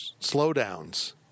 slowdowns